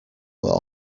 were